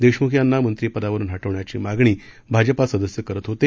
देशमुख यांना मंत्रिपदावरुन ह बेण्याची मागणी भाजपा सदस्य करत होते